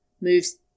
moves